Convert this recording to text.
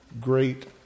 great